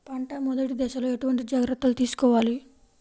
పంట మెదటి దశలో ఎటువంటి జాగ్రత్తలు తీసుకోవాలి?